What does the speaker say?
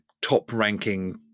top-ranking